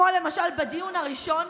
למשל בדיון הראשון,